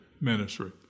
ministry